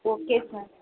okay sir